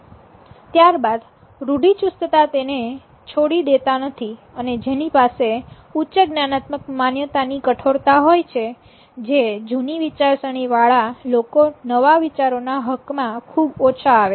ત્યારબાદ રૂઢિચુસ્તતા તેને છોડી દેતા નથી અને જેની પાસે ઉચ્ચ જ્ઞાનાત્મક માન્યતા ની કઠોરતા હોય જે જૂની વિચારસરણી વાળા લોકો નવા વિચારો ના હક માં ખૂબ ઓછા આવે છે